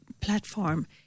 platform